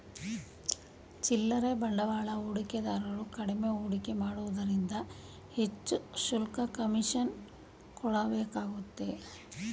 ಚಿಲ್ಲರೆ ಬಂಡವಾಳ ಹೂಡಿಕೆದಾರರು ಕಡಿಮೆ ಹೂಡಿಕೆ ಮಾಡುವುದರಿಂದ ಹೆಚ್ಚು ಶುಲ್ಕ, ಕಮಿಷನ್ ಕೊಡಬೇಕಾಗುತ್ತೆ